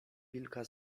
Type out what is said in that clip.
wilka